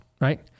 right